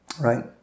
Right